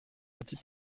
petit